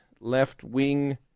left-wing